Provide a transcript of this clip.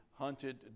hunted